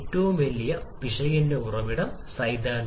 നമ്മൾ 8 9 അതായത് 17 മോളാണ്